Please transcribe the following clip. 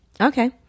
Okay